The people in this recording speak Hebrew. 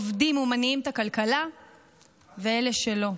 עובדים ומניעים את הכלכלה ואלה שלא,